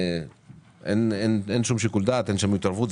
אין שום שיקול דעת ושום התערבות,